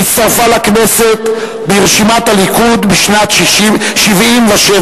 והצטרפה לכנסת ברשימת הליכוד בשנת 1977,